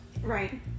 Right